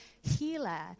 healer